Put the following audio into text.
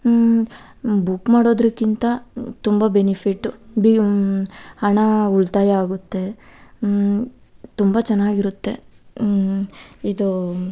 book ಮಾಡೋದಕ್ಕಿಂತ ತುಂಬ benefit ಬಿ ಹಣ ಉಳಿತಾಯ ಆಗುತ್ತೆ ತುಂಬ ಚೆನ್ನಾಗಿರುತ್ತೆ ಇದು